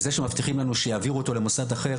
וזה שמבטיחים לנו שיעבירו אותו למוסד אחר,